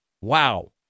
Wow